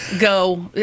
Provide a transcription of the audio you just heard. Go